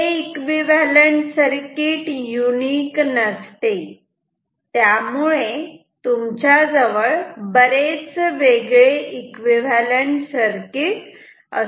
हे equivalent circuit unique नसते त्यामुळे तुमच्याजवळ बरेच वेगळे एकविव्हॅलंट सर्किट असू शकतात